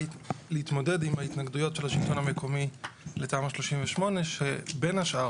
להתמודד עם ההתנגדויות של השלטון המקומי לתמ"א 38. שבין השאר,